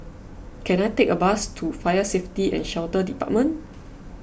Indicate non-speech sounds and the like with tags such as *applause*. *noise* can I take a bus to Fire Safety and Shelter Department